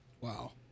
Wow